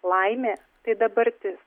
laimė tai dabartis